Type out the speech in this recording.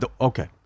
Okay